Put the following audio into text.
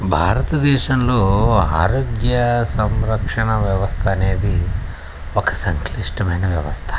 భారతదేశంలో ఆరోగ్య సంరక్షణ వ్యవస్థ అనేది ఒక సంక్లిష్టమైన వ్యవస్థ